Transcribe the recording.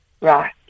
Right